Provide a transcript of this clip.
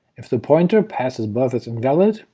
if the pointer passed as but is invalid,